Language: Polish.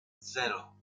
zero